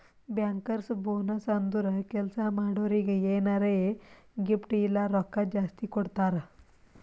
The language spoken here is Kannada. ಬ್ಯಾಂಕರ್ಸ್ ಬೋನಸ್ ಅಂದುರ್ ಕೆಲ್ಸಾ ಮಾಡೋರಿಗ್ ಎನಾರೇ ಗಿಫ್ಟ್ ಇಲ್ಲ ರೊಕ್ಕಾ ಜಾಸ್ತಿ ಕೊಡ್ತಾರ್